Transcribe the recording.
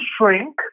shrink